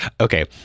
Okay